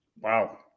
Wow